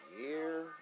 year